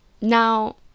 Now